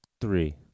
three